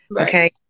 Okay